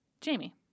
Jamie